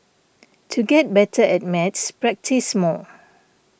to get better at maths practise more